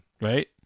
right